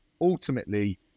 ultimately